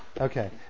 Okay